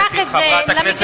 חברת הכנסת תירוש,